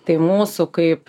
tai mūsų kaip